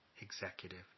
executive